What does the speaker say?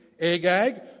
Agag